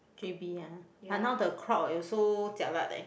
j_b ah but now the crowd also jialat leh